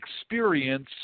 experience